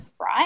right